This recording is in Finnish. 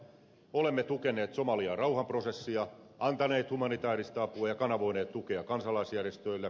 olemme tukeneet somalian rauhanprosessia antaneet humanitääristä apua ja kanavoineet tukea kansalaisjärjestöille